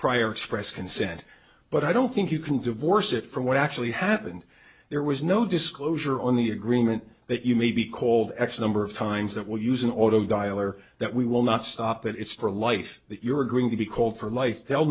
prior express consent but i don't think you can divorce it from what actually happened there was no disclosure on the agreement that you may be called x number of times that will use an auto dialer that we will not stop that it's for life that you're going to be called for life they'll